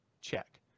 check